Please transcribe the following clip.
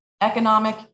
economic